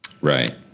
Right